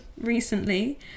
recently